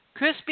Krispy